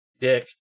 Dick